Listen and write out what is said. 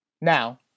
Now